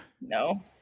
No